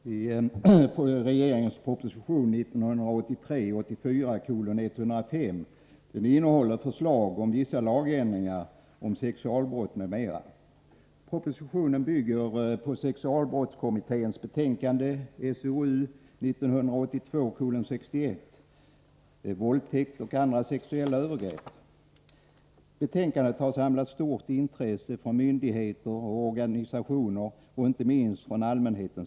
Herr talman! Regeringens proposition 1983/84:105 innehåller förslag om vissa lagändringar i fråga om sexualbrott m.m. Propositionen bygger på sexualbrottskommitténs betänkande SOU 1982:61, Våldtäkt och andra sexuella övergrepp. Betänkandet har samlat stort intresse från myndigheter, organisationer och inte minst från allmänheten.